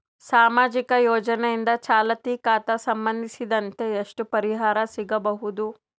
ಸಾಮಾಜಿಕ ಯೋಜನೆಯಿಂದ ಚಾಲತಿ ಖಾತಾ ಸಂಬಂಧಿಸಿದಂತೆ ಎಷ್ಟು ಪರಿಹಾರ ಸಿಗಬಹುದು?